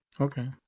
Okay